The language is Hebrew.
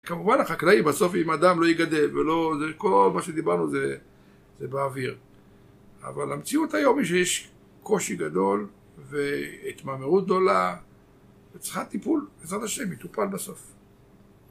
כמובן החקלאים בסוף אם אדם לא ייגדל ולא, זה כל מה שדיברנו זה זה באוויר אבל המציאות היום היא שיש קושי גדול והתמרמרות גדולה וצריכה טיפול, בעזרת השם יטופל בסוף